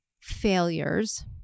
failures